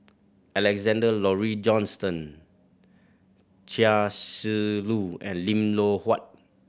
Alexander Laurie Johnston Chia Shi Lu and Lim Loh Huat